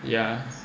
yeah